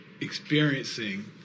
experiencing